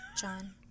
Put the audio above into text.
John